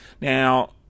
Now